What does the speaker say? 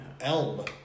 Elm